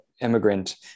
immigrant